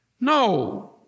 No